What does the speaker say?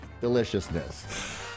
Deliciousness